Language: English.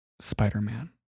Spider-Man